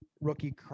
rookie